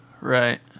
Right